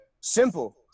Simple